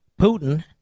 Putin